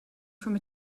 from